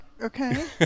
okay